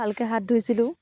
ভালকে হাত ধুইছিলোঁ